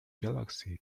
galaxy